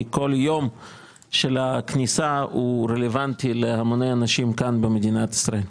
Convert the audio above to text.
כל יום של הכניסה הוא רלוונטי להמוני אנשים כאן במדינת ישראל.